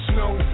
Snow